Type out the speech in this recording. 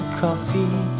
coffee